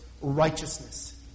righteousness